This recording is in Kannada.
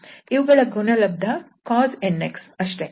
ಇವುಗಳ ಗುಣಲಬ್ಧ cos 𝑛𝑥 ಅಷ್ಟೇ